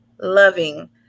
loving